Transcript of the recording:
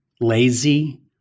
lazy